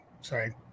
sorry